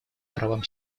правам